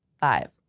Five